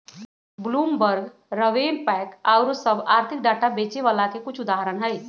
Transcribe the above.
Bloomberg, RavenPack आउरो सभ आर्थिक डाटा बेचे बला के कुछ उदाहरण हइ